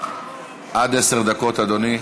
עד עשר דקות, אדוני.